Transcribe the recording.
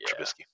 Trubisky